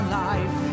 life